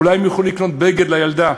אולי הם יוכלו לקנות בגד לילדה,